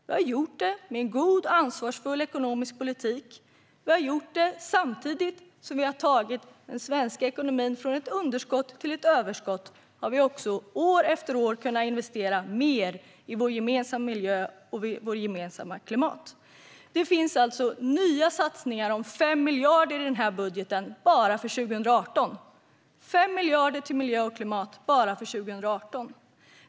Vi har gjort det med en god och ansvarsfull ekonomisk politik. Vi har gjort det samtidigt som vi har tagit den svenska ekonomin från ett underskott till ett överskott. År efter år har vi kunnat investera mer i vår gemensamma miljö och vårt gemensamma klimat. Det finns nya satsningar för 5 miljarder i den här budgeten till miljö och klimat bara för 2018.